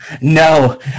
no